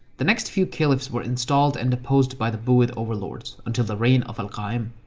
the next few caliphs were installed and deposed by the buyid overlords until the reign of al-qa'im.